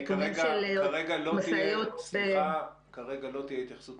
משלל הנושאים